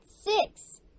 six